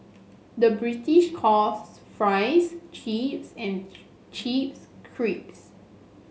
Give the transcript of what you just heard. the British calls fries chips and chips crisps